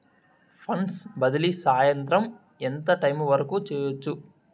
funds బదిలీ సాయంత్రం ఎంత టైము వరకు చేయొచ్చు